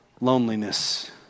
Loneliness